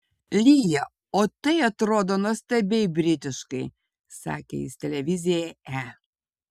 lyja o tai atrodo nuostabiai britiškai sakė jis televizijai e